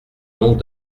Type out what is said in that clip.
donc